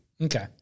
Okay